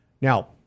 Now